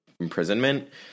imprisonment